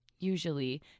usually